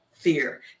fear